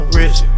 rich